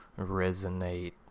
resonate